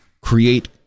create